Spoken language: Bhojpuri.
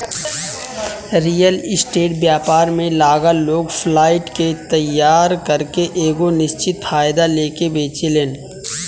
रियल स्टेट व्यापार में लागल लोग फ्लाइट के तइयार करके एगो निश्चित फायदा लेके बेचेलेन